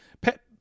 Pet